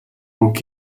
мөнгө